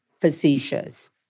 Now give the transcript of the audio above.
facetious